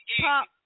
Pop